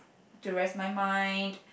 to rest my mind